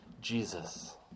Jesus